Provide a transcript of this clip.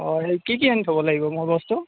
অ এই কি কি আনি থ'ব লাগিব মই বস্তু